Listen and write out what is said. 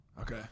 Okay